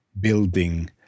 Building